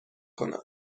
کنم